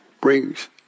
brings